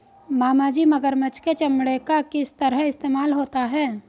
मामाजी मगरमच्छ के चमड़े का किस तरह इस्तेमाल होता है?